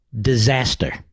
disaster